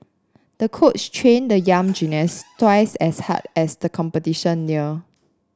the coach trained the young gymnast twice as hard as the competition neared